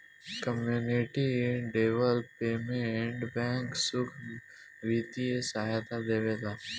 community development bank सुख बित्तीय सहायता देवेला